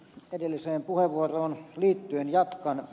edelliseen puheenvuoroon liittyen jatkan